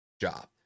job